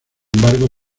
embargo